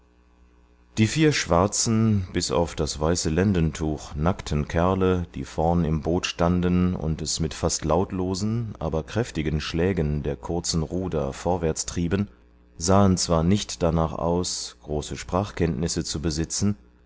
die vier schwarzen bis auf das weiße lendentuch nackten kerle die vorn im boote standen und es mit fast lautlosen aber kräftigen schlägen der kurzen ruder vorwärts trieben sahen zwar nicht darnach aus große sprachkenntnisse zu besitzen